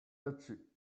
itchy